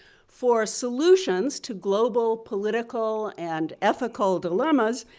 for solutions to global, political and ethical dilemmas,